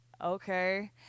okay